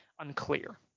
Unclear